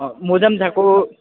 मोजा पनि चाहिएको